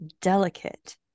Delicate